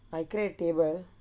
I create table